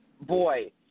boy